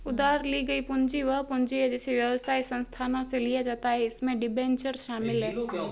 उधार ली गई पूंजी वह पूंजी है जिसे व्यवसाय संस्थानों से लिया जाता है इसमें डिबेंचर शामिल हैं